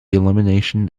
elimination